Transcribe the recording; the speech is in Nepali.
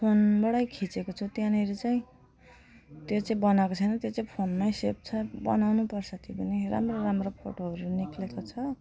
फोनबाट खिचेको छु त्यहाँनेरि चाहिँ त्यो चाहिँ बनाएको छैन त्यो चाहिँ फोनमा सेभ छ बनाउनु पर्छ त्यो पनि राम्रो राम्रो फोटोहरू निस्केको छ